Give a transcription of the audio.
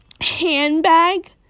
handbag